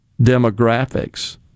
demographics